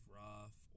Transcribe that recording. rough